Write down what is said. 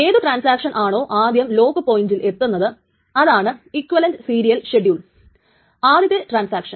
ഏതു ട്രാൻസാക്ഷൻ ആണോ ആദ്യം ലോക്ക് പോയിൻറിൽ എത്തുന്നത് അതാണ് ഇക്വലന്റ് സീരിയൽ ഷെഡ്യൂളിലെ ആദ്യത്തെ ട്രാൻസാക്ഷൻ